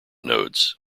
nodes